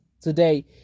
today